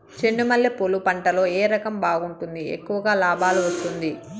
చెండు మల్లె పూలు పంట లో ఏ రకం బాగుంటుంది, ఎక్కువగా లాభాలు వస్తుంది?